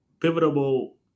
pivotal